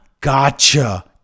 gotcha